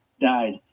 died